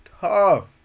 tough